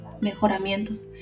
mejoramientos